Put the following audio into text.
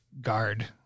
guard